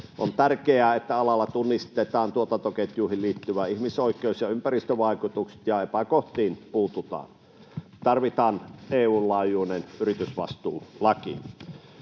On tärkeää, että alalla tunnistetaan tuotantoketjuihin liittyvät ihmisoikeus- ja ympäristövaikutukset ja epäkohtiin puututaan. Tarvitaan EU:n laajuinen yritysvastuulaki.